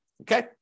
Okay